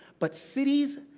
but cities,